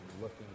looking